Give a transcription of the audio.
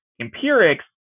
empirics